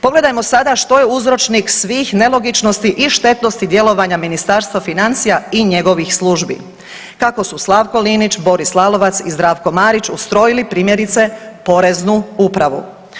Pogledajmo sada što je uzročnik svih nelogičnosti i štetnosti djelovanja Ministarstva financija i njegovih službi kako su Slavko Linić, Boris Lalovac i Zdravko Marić ustrojili primjerice Poreznu upravu.